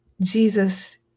Jesus